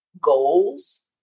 goals